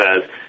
says